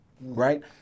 Right